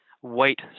white